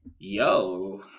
Yo